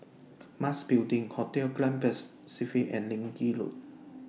Mas Building Hotel Grand and Leng Kee Road